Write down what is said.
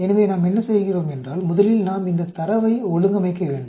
எனவே நாம் என்ன செய்கிறோம் என்றால் முதலில் நாம் இந்த தரவை ஒழுங்கமைக்க வேண்டும்